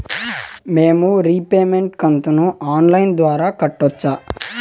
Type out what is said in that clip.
మేము రీపేమెంట్ కంతును online ద్వారా కట్టొచ్చా